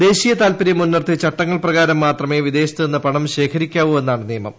ദേശീയ താൽപ്പര്യം മുൻനിർത്തി ചട്ടങ്ങൾ പ്രകാരം മാത്രമേ വിദേശത്ത് നിന്ന് പണം ശേഖരിക്കാവൂ എന്നാണ് നിയമം